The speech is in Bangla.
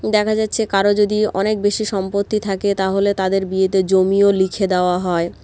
দেখা যাচ্ছে কারও যদি অনেক বেশি সম্পত্তি থাকে তাহলে তাদের বিয়েতে জমিও লিখে দেওয়া হয়